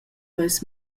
veis